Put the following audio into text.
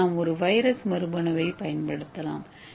இங்கே நாம் ஒரு வைரஸ் மரபணுவைப் பயன்படுத்தலாம்